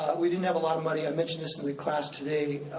we didn't have a lot of money, i mentioned this in the class today,